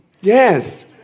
Yes